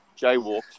jaywalked